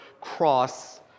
cross